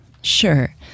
Sure